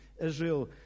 Israel